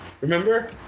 Remember